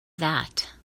that